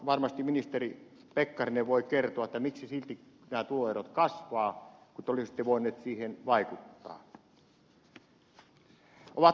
varmasti ministeri pekkarinen voi kertoa miksi nämä tuloerot kasvavat vaikka te olisitte voineet siihen vaikuttaa